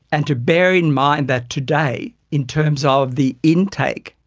and to bear in mind that today in terms ah of the intake,